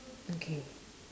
okay